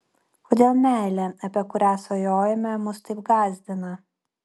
kodėl meilė apie kurią svajojame mus taip gąsdina